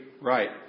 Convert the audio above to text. right